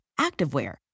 activewear